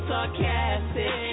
Sarcastic